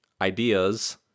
ideas